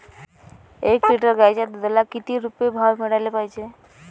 एक लिटर गाईच्या दुधाला किती रुपये भाव मिळायले पाहिजे?